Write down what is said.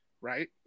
right